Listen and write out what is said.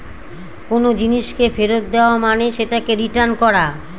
কোনো জিনিসকে ফেরত দেওয়া মানে সেটাকে রিটার্ন করা